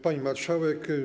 Pani Marszałek!